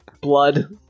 blood